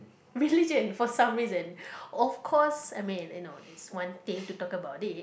religion for some reason of cause I mean you know it's one thing to talk about it